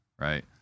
Right